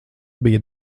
bija